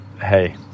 hey